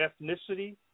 ethnicity